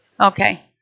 Okay